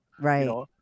right